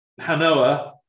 Hanoa